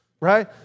right